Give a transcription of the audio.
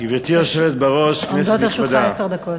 היושבת בראש, כנסת נכבדה,